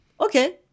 okay